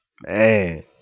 Man